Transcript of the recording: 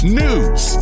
news